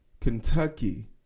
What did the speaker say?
Kentucky